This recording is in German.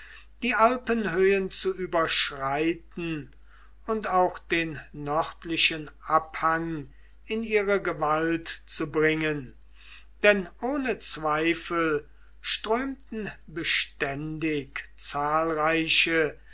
die alpenhöhen zu überschreiten und auch den nördlichen abhang in ihre gewalt zu bringen denn ohne zweifel strömten beständig zahlreiche